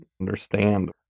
understand